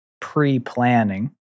pre-planning